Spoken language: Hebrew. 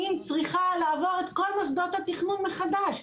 אני צריכה לעבור את כל מוסדות התכנון מחדש,